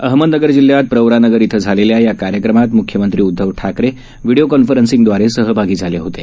अहमदनगर जिल्ह्यात प्रवरानगर इथं झालेल्या या कार्यक्रमात मुख्यमंत्री उदधव ठाकरे व्हीडीओ कॉन्फरन्सिंगदवारे सहभागी झाले होतो